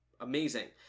amazing